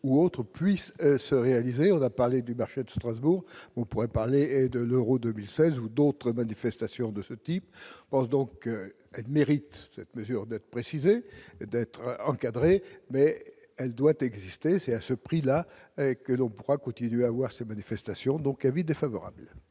ou autres puisse se réaliser, on a parlé du marché de Strasbourg, on pourrait parler et de l'Euro 2016, ou d'autres manifestations de ce type pense donc qu'elle mérite, cette mesure de préciser d'être encadré, mais elle doit exister, c'est à ce prix là que l'on pourra continuer à voir ces manifestations donc avis défavorable.